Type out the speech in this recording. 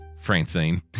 Francine